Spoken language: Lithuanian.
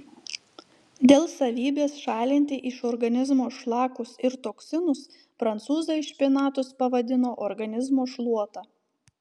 dėl savybės šalinti iš organizmo šlakus ir toksinus prancūzai špinatus pavadino organizmo šluota